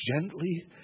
Gently